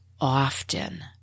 often